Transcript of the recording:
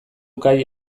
kai